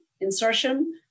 insertion